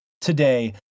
today